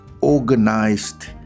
organized